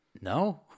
No